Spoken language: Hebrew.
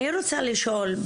אני רוצה לשאול,